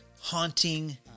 haunting